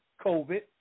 COVID